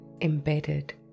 embedded